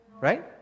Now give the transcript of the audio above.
Right